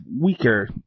weaker